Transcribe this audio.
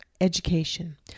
education